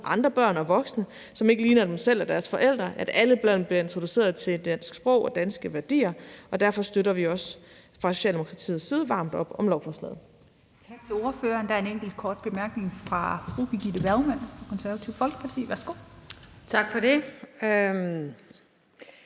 andre børn og voksne, som ikke ligner dem selv og deres forældre, og at alle børn bliver introduceret til det danske sprog og danske værdier, og derfor støtter vi også fra socialdemokratisk side varmt op om lovforslaget.